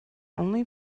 only